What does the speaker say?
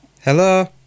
Hello